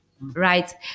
right